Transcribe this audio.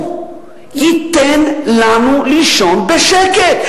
הוא ייתן לנו לישון בשקט,